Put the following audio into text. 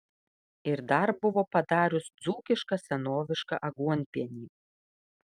ir dar buvo padarius dzūkišką senovišką aguonpienį